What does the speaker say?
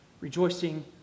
rejoicing